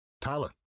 Tyler